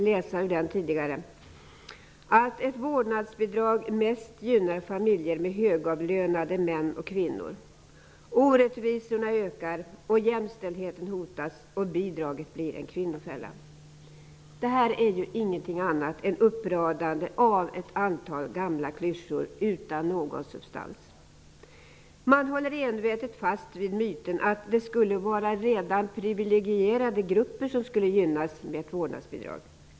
Där står det bl.a. att ett vårdnadsbidrag mest gynnar familjer med högavlönade män och kvinnor. Orättvisorna ökar, jämställdheten hotas och bidraget blir en kvinnofälla. Det här är ingenting annat än uppradande av ett antal gamla klyschor utan någon substans. Man håller envetet fast vid myten att redan privilegierade grupper skulle gynnas med ett vårdnadsbidrag.